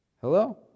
Hello